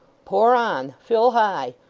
pour on. fill high.